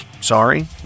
Sorry